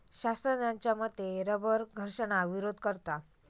शास्त्रज्ञांच्या मते रबर घर्षणाक विरोध करता